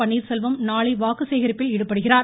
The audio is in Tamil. பன்னீர்செல்வம் நாளை வாக்கு சேகரிப்பில் ஈடுபடுகிறார்